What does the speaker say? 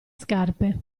scarpe